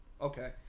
okay